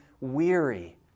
weary